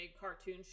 cartoon